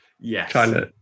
Yes